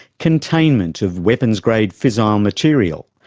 containment of weapons grade fissile material,